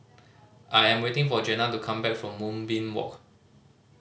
I am waiting for Jenna to come back from Moonbeam Walk